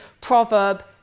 proverb